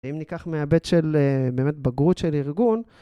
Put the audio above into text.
ואם ניקח מההבט של באמת בגרות של ארגון...